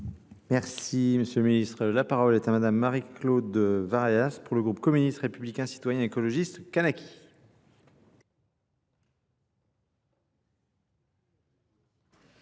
Merci Monsieur le Ministre. La parole est à Madame Marie-Claude Vareas pour le groupe communiste, républicain, citoyen, écologiste, Kanaki.